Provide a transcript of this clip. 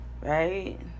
right